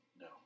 no